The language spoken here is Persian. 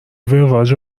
وراج